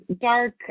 dark